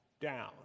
down